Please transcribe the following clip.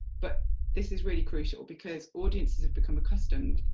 but this is really crucial because audiences have become accustomed